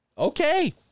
Okay